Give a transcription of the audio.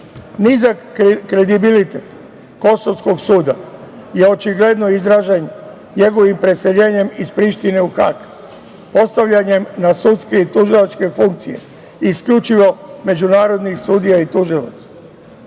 kredibilitet kosovskog suda je očigledno izražen njegovim preseljenjem iz Prištine u Hag, postavljanjem na sudske i tužilačke funkcije isključivo međunarodnih sudija i